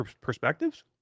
perspectives